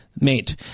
Mate